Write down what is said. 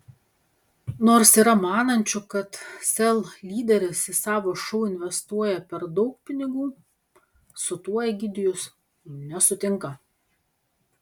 nors yra manančių kad sel lyderis į savo šou investuoja per daug pinigų su tuo egidijus nesutinka